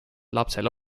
lapsele